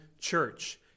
church